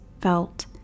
felt